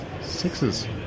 Sixes